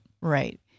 right